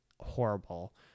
Horrible